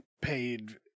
paid